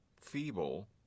feeble